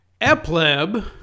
Epleb